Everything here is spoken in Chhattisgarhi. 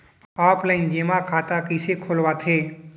ऑफलाइन जेमा खाता कइसे खोलवाथे?